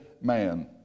man